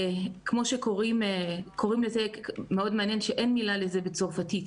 כמו שקוראים לזה מאוד מעניין שאין מילה לזה בצרפתית,